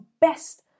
best